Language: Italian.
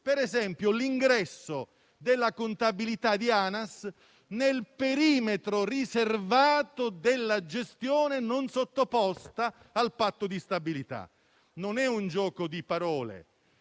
come l'ingresso della contabilità di ANAS nel perimetro riservato della gestione non sottoposta al patto di stabilità. Non è un gioco di parole,